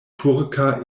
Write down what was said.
turka